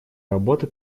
работы